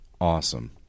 awesome